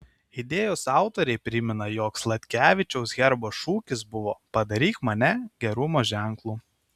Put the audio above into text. idėjos autoriai primena jog sladkevičiaus herbo šūkis buvo padaryk mane gerumo ženklu